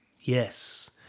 Yes